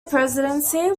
presidency